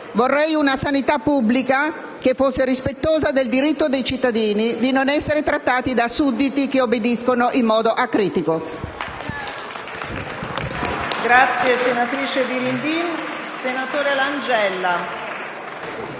Vorrei una sanità pubblica che fosse rispettosa del diritto dei cittadini di non essere trattati da sudditi che obbediscono in modo acritico.